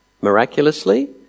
miraculously